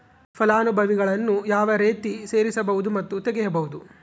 ಫಲಾನುಭವಿಗಳನ್ನು ಯಾವ ರೇತಿ ಸೇರಿಸಬಹುದು ಮತ್ತು ತೆಗೆಯಬಹುದು?